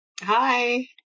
Hi